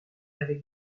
avec